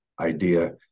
idea